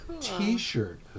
T-shirt